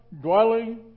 dwelling